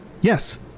Yes